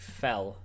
fell